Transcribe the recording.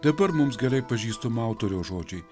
dabar mums gerai pažįstamo autoriaus žodžiai